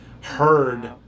heard